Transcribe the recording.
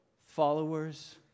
followers